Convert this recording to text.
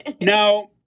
Now